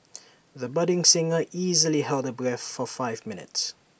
the budding singer easily held her breath for five minutes